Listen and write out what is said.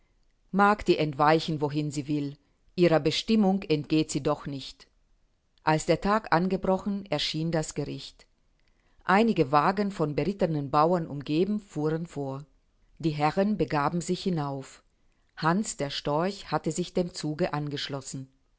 mag die entweichen wohin sie will ihrer bestimmung entgeht sie doch nicht als der tag angebrochen erschien das gericht einige wagen von berittenen bauern umgeben fuhren vor die herren begaben sich hinauf hanns der storch hatte sich dem zuge angeschlossen